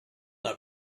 not